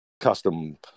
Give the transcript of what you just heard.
custom